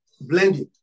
blending